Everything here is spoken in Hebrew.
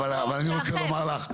אבל אני רוצה לומר לך,